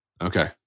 Okay